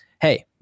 hey